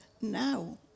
now